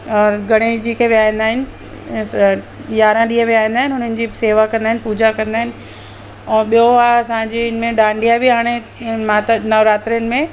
और गणेश जी खे वेहारीईंदा आहिनि यारहां ॾींहुं वेहारीईंदा आहिनि उन्हनि जी बि सेवा कंदा आहिनि पूॼा कंदा आहिनि ऐं ॿियो आहे असांजी इन में डांडिया बि हाणे मां त नवरात्रनि में